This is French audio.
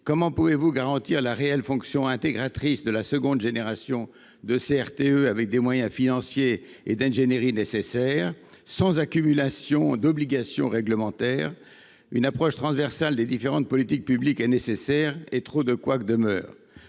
Comment pouvez vous garantir la réelle fonction intégratrice de la seconde génération de CRTE avec des moyens financiers et d’ingénierie nécessaires, sans accumulation d’obligations réglementaires ? Une approche transversale des différentes politiques publiques est nécessaire, mais trop de couacs demeurent.